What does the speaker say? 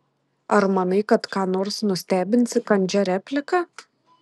ar manai kad ką nors nustebinsi kandžia replika